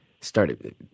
started